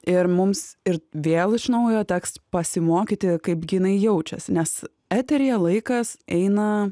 ir mums ir vėl iš naujo teks pasimokyti kaip gi jinai jaučiasi nes eteryje laikas eina